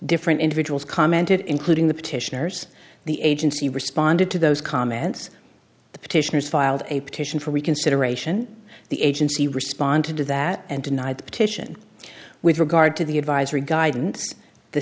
different individuals commented including the petitioners the agency responded to those comments the petitioners filed a petition for reconsideration the agency respond to do that and denied the petition with regard to the advisory guidance the